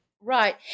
Right